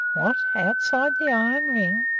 what, outside the iron ring?